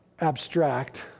abstract